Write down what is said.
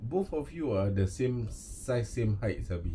both of you are of the same size same height sia